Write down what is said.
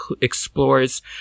explores